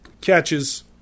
catches